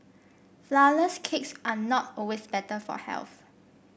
flourless cakes are not always better for health